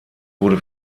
wurde